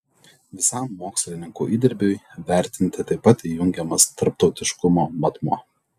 visam mokslininkų įdirbiui vertinti taip pat įjungiamas tarptautiškumo matmuo